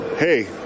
hey